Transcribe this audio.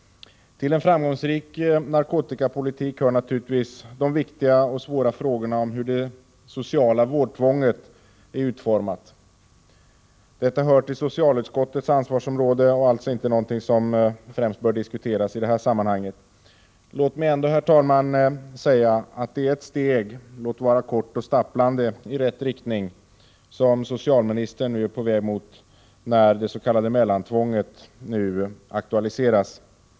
Till en framgångsrik narkotikapolitik hör naturligtvis de viktiga och svåra frågorna om hur det sociala vårdtvånget är utformat. Detta hör till socialutskottets ansvarsområde och är alltså inte någonting som främst bör diskuteras i detta sammanhang. Låt mig ändå, herr talman, säga att det är ett steg, låt vara kort och stapplande, i rätt riktning som socialministern nu är på väg mot, när det s.k. mellantvånget aktualiseras.